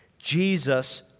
Jesus